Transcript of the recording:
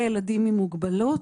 וילדים עם מוגבלות.